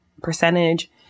percentage